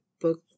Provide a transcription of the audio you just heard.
book